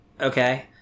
okay